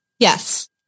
Yes